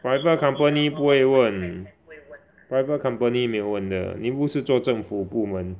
private company 不会问 private company 没有问的你不是做政府部门